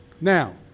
now